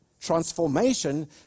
Transformation